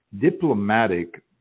diplomatic